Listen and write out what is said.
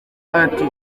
ati